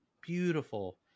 beautiful